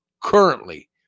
Currently